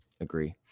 Agree